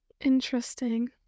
Interesting